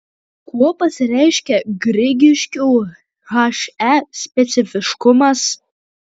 kuo pasireiškia grigiškių he specifiškumas